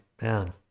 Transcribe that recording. man